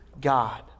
God